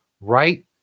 right